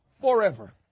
forever